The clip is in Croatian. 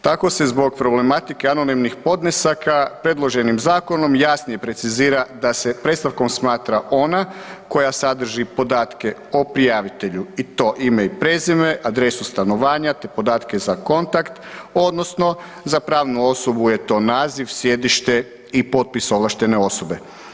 Tako se zbog problematike anonimnih podnesaka predloženim zakonom jasnije precizira da se predstavkom smatra ona koja sadrži podatke o prijavitelju i to ime i prezime, adresu stanovanja, te podatke za kontakt odnosno za pravnu osobu je to naziv, sjedište i potpis ovlaštene osobe.